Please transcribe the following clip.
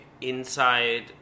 inside